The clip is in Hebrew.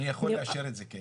אני יכול לאשר את זה.